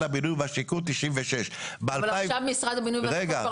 הבינוי והשיכון 1996. אבל עכשיו משרד הבינוי והשיכון כבר